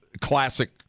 classic